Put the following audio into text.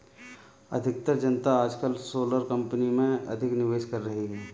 अधिकतर जनता आजकल सोलर कंपनी में अधिक निवेश कर रही है